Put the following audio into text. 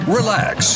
Relax